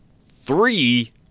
three